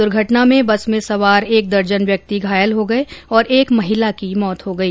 दुर्घटना में बस में सवार एक दर्जन व्यक्ति घायल हो गए और एक महिला की मौत हो गई